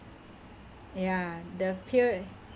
ya the peer